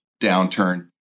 downturn